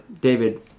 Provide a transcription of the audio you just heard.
David